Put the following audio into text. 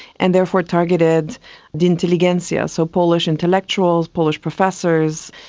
and therefore targeted the intelligentsia, so polish intellectuals, polish professors,